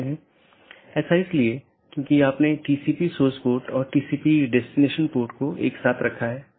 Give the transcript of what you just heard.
सबसे अच्छा पथ प्रत्येक संभव मार्गों के डोमेन की संख्या की तुलना करके प्राप्त किया जाता है